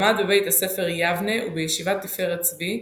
למד בבית הספר "יבנה" ובישיבת תפארת צבי,